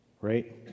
Right